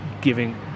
giving